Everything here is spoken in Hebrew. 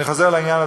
אני חוזר לעניין,